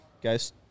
guys